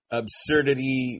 absurdity